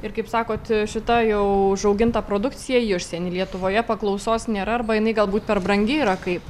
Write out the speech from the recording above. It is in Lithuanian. ir kaip sakot šita jau užauginta produkcija į užsienį lietuvoje paklausos nėra arba jinai galbūt per brangi yra kaip